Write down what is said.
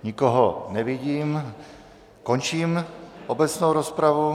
Nikoho nevidím, končím obecnou rozpravu.